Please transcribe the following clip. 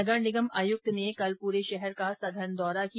नगरनिगम आयुक्त ने पूरे शहर का सघन दौरान किया